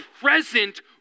present